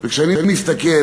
כשאני מסתכל